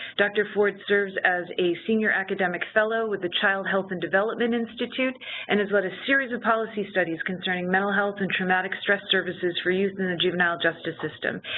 dr. ford serves as a senior academic fellow with the child health and development institute and has led a series of policy studies concerning mental health and traumatic stress services for youth in the juvenile justice system.